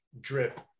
Drip